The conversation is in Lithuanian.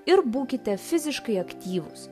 ir būkite fiziškai aktyvūs